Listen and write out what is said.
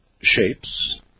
shapes